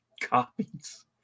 copies